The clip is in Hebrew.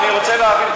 אני רוצה להבין,